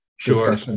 Sure